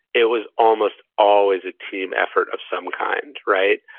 it was almost always a team effort of some kind, right?